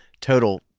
total